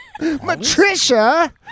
Matricia